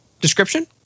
description